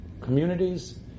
communities